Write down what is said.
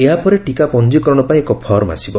ଏହାପରେ ଟିକା ପଞ୍ଞୀକରଣ ପାଇଁ ଏକ ଫର୍ମ ଆସିବ